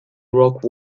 rock